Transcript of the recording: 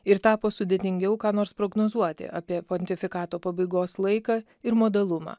ir tapo sudėtingiau ką nors prognozuoti apie pontifikato pabaigos laiką ir modalumą